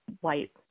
white